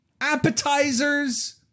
Appetizers